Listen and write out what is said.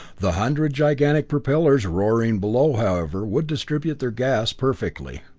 the hundred gigantic propellers roaring below, however, would distribute their gas perfectly.